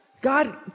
God